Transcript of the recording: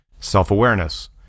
Self-awareness